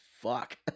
Fuck